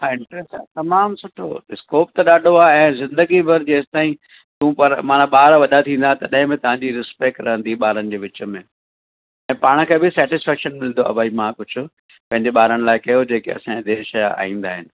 हा इंट्रैस्ट आहे तमामु सुठो स्कोप त ॾाढो आहे ज़िंदगी भर जेसिताईं तूं पढ़ु माना ॿार वॾा थींदा तॾहिं बि तव्हांजी रिस्पैक्ट रहंदी ॿारनि जे विच में ऐं पाण खे बि सैटिस्फैकशन मिलंदो बई मां पुछो पंहिंजे ॿारनि लाइ कयो जेके असांजे देश जा आईंदा आहिनि